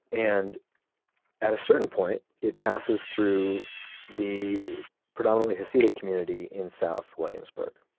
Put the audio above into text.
and at a certain point it passes through the predominantly hasidic community in south williamsburg.